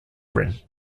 ring